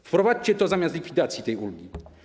Wprowadźcie to zamiast likwidacji tej ulgi.